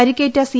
പരിക്കേറ്റ സി